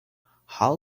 how